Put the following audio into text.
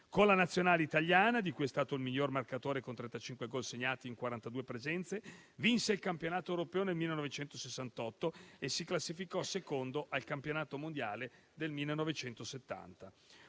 Con la Nazionale italiana, di cui è stato il miglior marcatore con 35 gol segnati e 42 presenze, vinse il campionato europeo nel 1968 e si classificò secondo al Campionato mondiale del 1970.